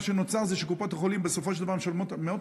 מה שנוצר זה שקופות החולים משלמות בסופו של דבר מאות